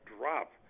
drop